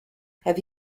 have